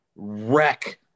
wreck